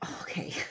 okay